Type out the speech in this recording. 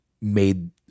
made